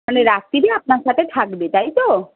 মানে রাত্রিতে আপনার সাথে থাকবে তাই তো